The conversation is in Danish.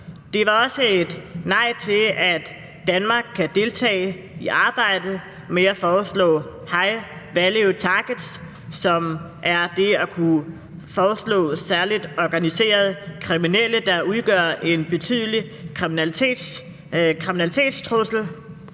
Det var også et nej til, at Danmark kan deltage i arbejdet med at foreslå high value targets, som er det at kunne foreslå særlig organiserede kriminelle, der udgør en betydelig kriminalitetstrussel.